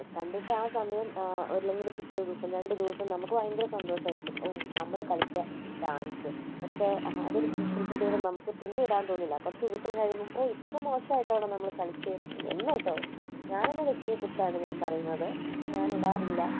കണ്ടിട്ട് ആ സമയം അല്ലെങ്കിൽ പിറ്റേ ദിവസം രണ്ടു ദിവസവും നമുക്ക് ഭയങ്കര സന്തോഷമായിരിക്കും ഓ നമ്മൾ കളിച്ച ഡാൻസ് പക്ഷേ ആ അതൊരു സോഷ്യൽ മീഡിയയിൽ നമുക്ക് പിന്നെ ഇടാൻ തോന്നില്ല കുറച്ചു ദിവസം കഴിയുമ്പം ഓ ഇത്ര മോശമായിട്ടാണോ നമ്മൾ കളിച്ചതെന്ന് എന്നെയാണ് കേട്ടോ ഞാനെന്ന വ്യക്തിയെക്കുറിച്ചാണ് ഞാൻ പറയുന്നത് ഞാൻ ഇടാറില്ല